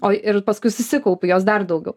o ir paskui susikaupi jos dar daugiau